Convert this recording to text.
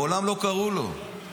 מעולם לא קראו לו.